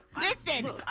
Listen